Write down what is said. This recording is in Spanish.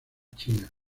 china